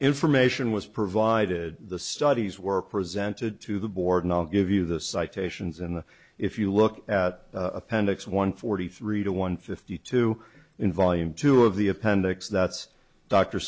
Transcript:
information was provided the studies were presented to the board and i'll give you the citations and if you look at appendix one forty three to one fifty two in volume two of the appendix that's dr